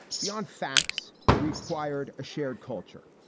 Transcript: beyond facts, we acquired a shared culture.